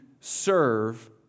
serve